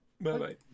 Bye-bye